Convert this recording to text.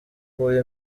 huye